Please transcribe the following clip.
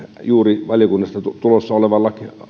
juuri valiokunnasta tulossa olevan